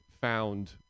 found